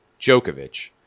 Djokovic